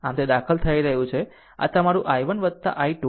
આમ આમ તે દાખલ થઈ રહ્યું છે તમારું i1 i2 5